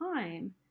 time